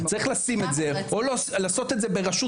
צריך לשים את זה או לעשות את זה ברשות